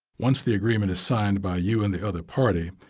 once the agreement is signed by you and the other party,